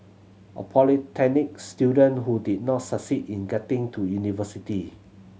a polytechnic student who did not succeed in getting to university